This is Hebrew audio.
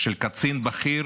של קצין בכיר